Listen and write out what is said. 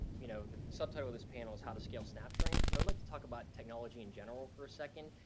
you know, the subtitle of this panel is how to scale snapstream. but i'd like to talk about technology in general for a second.